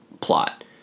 plot